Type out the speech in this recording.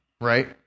right